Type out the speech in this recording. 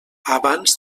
abans